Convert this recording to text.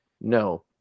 no